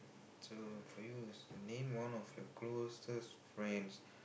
so for you is name one of your closest friends